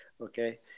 okay